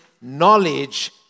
knowledge